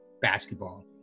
basketball